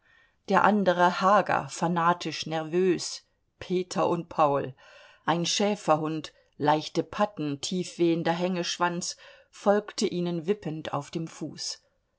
der andere hager fanatisch nervös peter und paul ein schäferhund leichte patten tief wehender hängeschwanz folgte ihnen wippend auf dem fuß